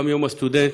גם יום הסטודנט,